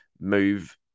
move